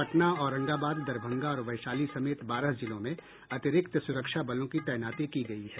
पटना औरंगाबाद दरभंगा और वैशाली समेत बारह जिलों में अतिरिक्त सुरक्षा बलों की तैनाती की गयी है